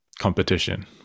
competition